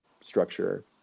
structure